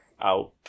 out